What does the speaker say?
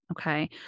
Okay